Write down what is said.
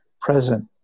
present